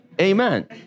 amen